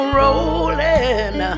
rolling